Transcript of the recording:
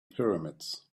pyramids